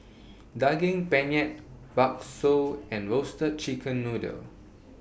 Daging Penyet Bakso and Roasted Chicken Noodle